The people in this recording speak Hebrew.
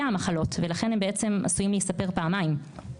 המחלות ולכן הם עשויים להיספר פעמיים.